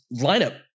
lineup